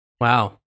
Wow